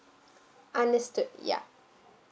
understood ya